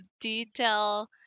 detail